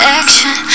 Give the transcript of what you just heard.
action